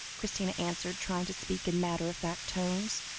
christina, answered, trying to speak in matter-of-fact tones